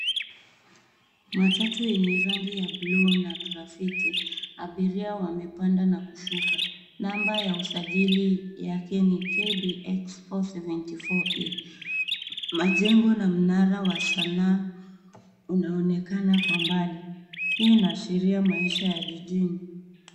Matatu yenye rangi ya bluu na grafitti . Abiria wamepanda na kushuka. Namba ya usajili yake ni KBX 474E. Majengo na mnara wa sanaa unaonekana kwa mbali. Hii inaashiria maisha ya jijini.